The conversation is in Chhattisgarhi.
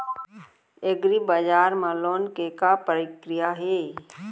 एग्रीबजार मा लोन के का प्रक्रिया हे?